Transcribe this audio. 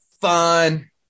fun